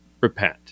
repent